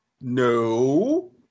no